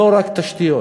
זה לא רק תשתיות.